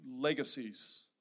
legacies